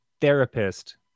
therapist